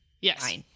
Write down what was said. Yes